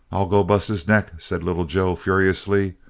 i'll go bust his neck, said little joe furiously.